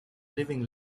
living